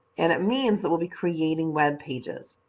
and it means that we'll be creating web pages.